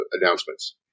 announcements